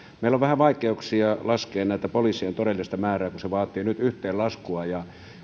meillä on vähän vaikeuksia laskea tätä poliisien todellista määrää kun se vaatii nyt yhteenlaskua ja